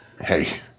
hey